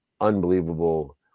Unbelievable